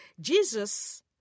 Jesus